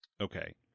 Okay